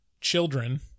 children